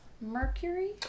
Mercury